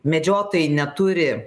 medžiotojai neturi